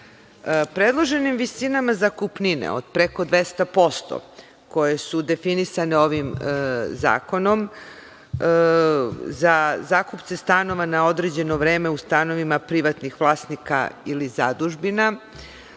stanara. Predloženim visinama zakupnina od preko 200% koje su definisane ovim zakonom, za zakupce stanova na određeno vreme u stanovima privatnih vlasnika ili zadužbina,